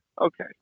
okay